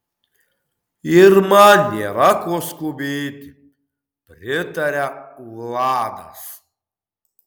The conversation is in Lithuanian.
ir man nėra ko skubėti pritaria vladas